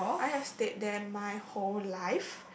I have stayed there my whole life